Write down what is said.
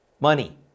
money